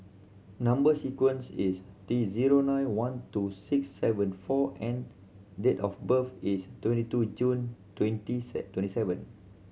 number sequence is T zero nine one two six seven four N date of birth is twenty two June twenty twenty seven